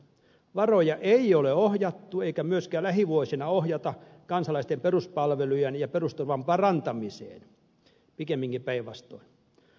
varoja ei ole ohjattu eikä myöskään lähivuosina ohjata kansalaisten peruspalvelujen ja perusturvan parantamiseen pikemminkin päinvastoin